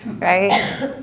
right